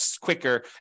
quicker